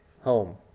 home